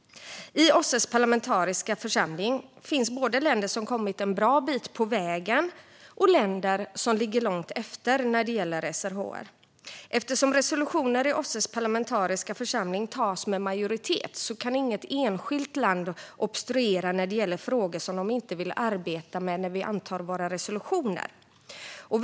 I OSSE:s parlamentariska församling finns både länder som kommit en bra bit på vägen och länder som ligger långt efter när det gäller SRHR. Eftersom resolutioner i OSSE:s parlamentariska församling antas med majoritet kan inget enskilt land obstruera när vi antar resolutioner som gäller frågor som de inte vill arbeta med.